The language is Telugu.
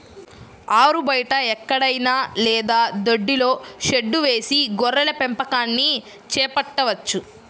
ఆరుబయట ఎక్కడైనా లేదా దొడ్డిలో షెడ్డు వేసి గొర్రెల పెంపకాన్ని చేపట్టవచ్చు